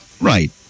right